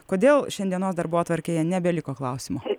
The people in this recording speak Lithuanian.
kodėl šiandienos darbotvarkėje nebeliko klausimo